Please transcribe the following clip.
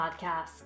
podcast